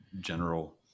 general